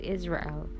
Israel